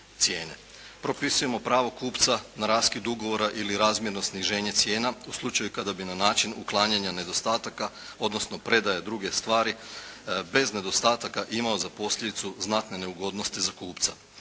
Propisujemo pravo kupca na raskid ugovora ili razmjerno sniženje cijena u slučaju kada bi na način uklanjanja nedostataka, odnosno predaja druge stvari bez nedostataka imao za posljedicu znatne neugodnosti za kupca.